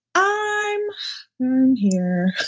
i'm here.